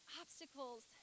obstacles